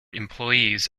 employees